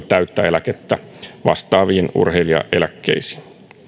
täyttä eläkettä vastaaviin urheilijaeläkkeisiin